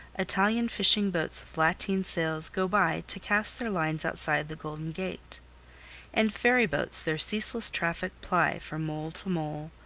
italian fishing boats with lateen sails go by, to cast their lines outside the golden gate and ferryboats their ceaseless traffic ply, from mole to mole,